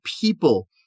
people